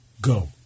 Go